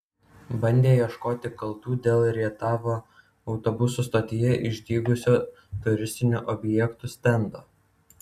bandė ieškoti kaltų dėl rietavo autobusų stotyje išdygusio turistinių objektų stendo